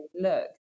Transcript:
look